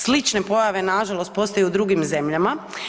Slične pojave nažalost postoje i u drugim zemljama.